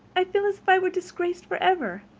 i feel as if i were disgraced forever.